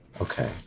okay